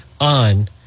on